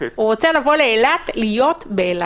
הוא רוצה לבוא לאילת להיות באילת,